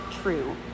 true